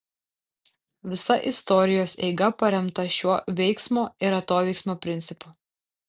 visa istorijos eiga paremta šiuo veiksmo ir atoveiksmio principu